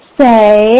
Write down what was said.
say